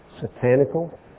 satanical